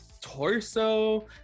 torso